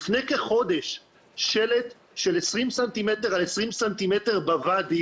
לפני כחודש שלט של 20 סמ' על 20 סמ' זה